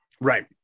Right